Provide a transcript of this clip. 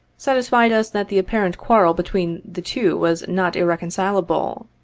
satisfied us that the apparent quarrel between the two was not irreconcileable.